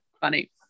Funny